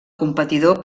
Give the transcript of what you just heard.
competidor